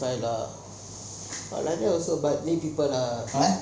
forty five lah like it also people lah